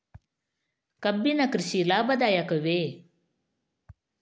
ಕಬ್ಬಿನ ಕೃಷಿ ಲಾಭದಾಯಕವೇ?